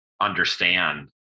understand